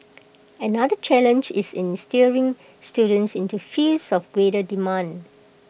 another challenge is in steering students into fields of greater demand